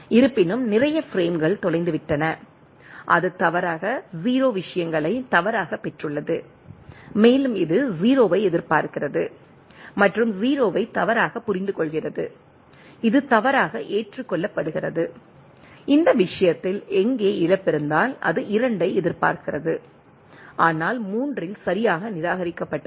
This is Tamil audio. இருப்பினும் நிறைய பிரேம்கள் தொலைந்துவிட்டன அது தவறாக 0 விஷயங்களை தவறாகப் பெற்றுள்ளது மேலும் இது 0 ஐ எதிர்பார்க்கிறது மற்றும் 0 ஐ தவறாகப் புரிந்து கொள்கிறது இது தவறாக ஏற்றுக்கொள்ளப்படுகிறது இந்த விஷயத்தில் எங்கே இழப்பு இருந்தால் இது 2 ஐ எதிர்பார்க்கிறது ஆனால் 3 இல் சரியாக நிராகரிக்கப்பட்டது